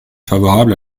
favorable